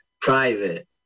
Private